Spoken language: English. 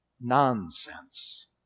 nonsense